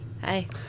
Hi